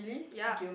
ya